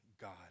God